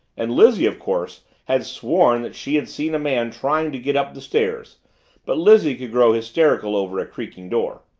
and lizzie, of course, had sworn that she had seen a man trying to get up the stairs but lizzie could grow hysterical over a creaking door.